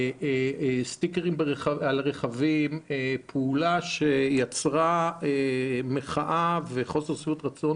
סטיקרים על רכבים פעולה שיצרה מחאה וחוסר שביעות רצון